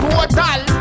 Total